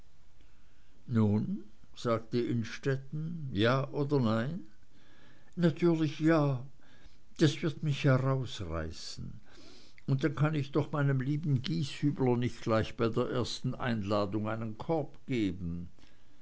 nun sagte innstetten ja oder nein natürlich ja das wird mich herausreißen und dann kann ich doch meinem lieben gieshübler nicht gleich bei seiner ersten einladung einen korb geben